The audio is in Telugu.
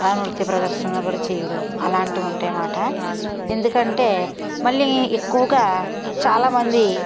ఆ నృత్య ప్రదర్శనలు కూడా చేయడు అలాంటివి ఉంటాయన్నమాట ఎందుకంటే మళ్ళీ ఎక్కువగా చాలా మంది